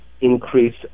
increase